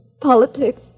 Politics